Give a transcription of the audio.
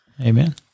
Amen